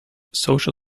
social